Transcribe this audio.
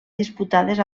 disputades